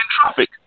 traffic